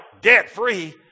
debt-free